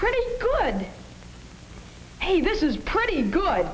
pretty good hey this is pretty good